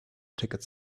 ticket